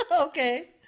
Okay